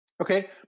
Okay